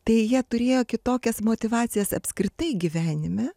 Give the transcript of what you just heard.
tai jie turėjo kitokias motyvacijas apskritai gyvenime